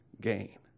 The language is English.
gain